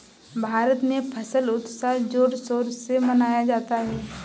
भारत में फसल उत्सव जोर शोर से मनाया जाता है